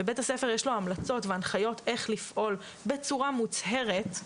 ולבית הספר ישנן המלצות וההנחיות כיצד לפעול בצורה מוצהרת,